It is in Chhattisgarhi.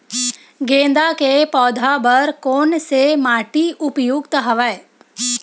गेंदा के पौधा बर कोन से माटी उपयुक्त हवय?